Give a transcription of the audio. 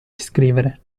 scrivere